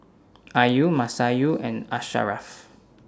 Ayu Masayu and Asharaff